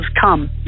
come